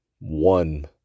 one